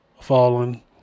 fallen